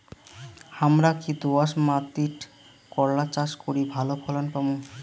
হামরা কি দোয়াস মাতিট করলা চাষ করি ভালো ফলন পামু?